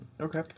Okay